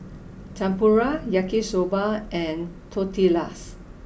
Tempura Yaki Soba and Tortillas